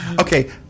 Okay